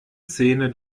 szene